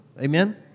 Amen